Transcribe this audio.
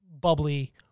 bubbly